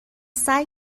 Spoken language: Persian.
سعی